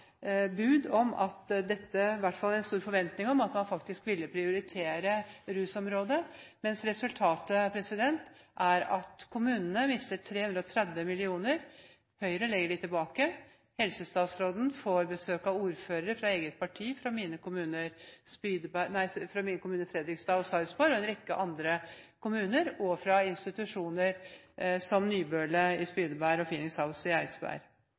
om – i hvert fall en stor forventning om – at man faktisk ville prioritere rusområdet, mens resultatet er at kommunene mister 330 mill kr. Høyre legger dem tilbake. Helsestatsråden får besøk av ordførere fra eget parti fra mine kommuner Fredrikstad og Sarpsborg og en rekke andre kommuner og fra institusjoner som Nybøle i Spydeberg og Phoenix House Haga i Eidsberg,